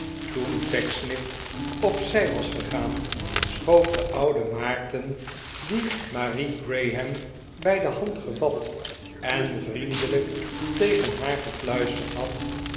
toen pecksniff op zij was gegaan schoof de oude maarten die marie graham bij de hand gevat en vriendelijk tegen haar gefluisterd had